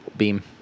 Beam